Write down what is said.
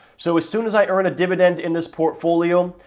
so, as soon as i earn a dividend in this portfolio,